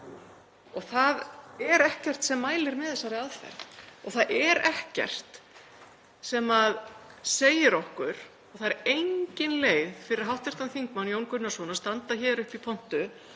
og það er ekkert sem mælir með þessari aðferð. Það er ekkert sem segir okkur og það er engin leið fyrir hv. þm. Jón Gunnarsson að standa hér uppi í pontu